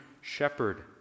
shepherd